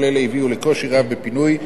כל אלו הביאו לקושי רב בפינוי.